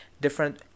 Different